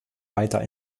weiter